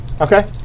Okay